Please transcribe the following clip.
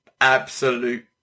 absolute